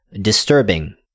disturbing